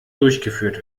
durchgeführt